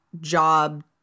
job